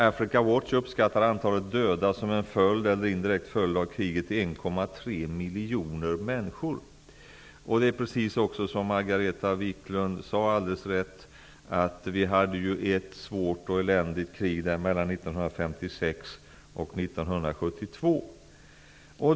Africa Watch uppskattar antalet döda som en direkt eller indirekt följd av kriget till 1,3 miljoner människor. Precis som Margareta Viklund sade var det ett svårt och eländigt krig där mellan 1956 och 1972.